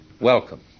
welcome